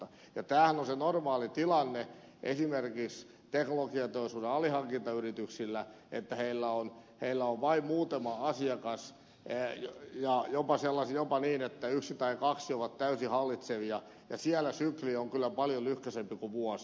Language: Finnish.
tämähän on se normaali tilanne esimerkiksi teknologiateollisuuden alihankintayrityksillä että heillä on vain muutama asiakas ja jopa niin että yksi tai kaksi ovat täysin hallitsevia ja siellä sykli on kyllä paljon lyhyempi kuin vuosi